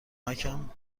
کمکم